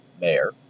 mayor